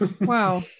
Wow